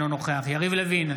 אינו נוכח יריב לוין,